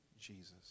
Jesus